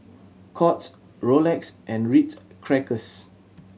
Courts Rolex and Ritz Crackers